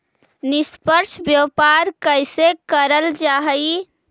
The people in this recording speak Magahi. निष्पक्ष व्यापार कइसे करल जा हई